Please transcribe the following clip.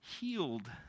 healed